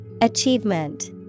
Achievement